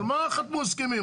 על מה חתמו הסכמים?